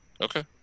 Okay